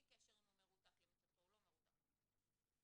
קשר אם הוא מרותק למיטתו או לא מרותק למיטתו.